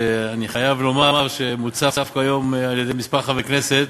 שאני חייב לומר שמוצף פה היום על-ידי כמה חברי כנסת,